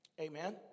Amen